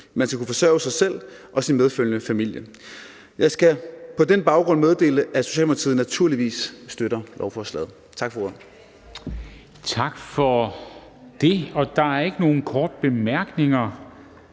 Man skal kunne forsørge sig selv og sin medfølgende familie. Jeg skal på den baggrund meddele, at Socialdemokratiet naturligvis støtter lovforslaget. Tak for ordet. Kl. 14:23 Formanden (Henrik